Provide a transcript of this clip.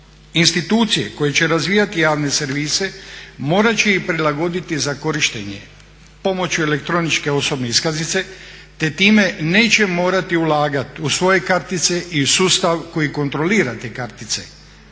Institucije koje će razvijati javne servise morat će ih prilagoditi za korištenje pomoću elektroničke osobne iskaznice te time neće morati ulagati u svoje kartice i u sustav koji kontrolira te kartice,